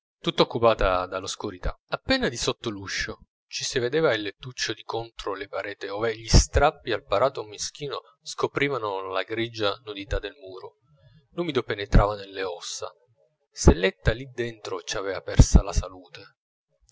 tutta occupata dall'oscurità appena di sotto l'uscio ci si vedeva il lettuccio di contro le parete ove gli strappi al parato meschino scoprivano la grigia nudità del muro l'umido penetrava nelle ossa selletta lì dentro ci aveva persa la salute